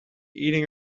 eating